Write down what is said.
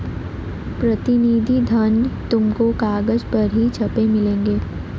प्रतिनिधि धन तुमको कागज पर ही छपे मिलेंगे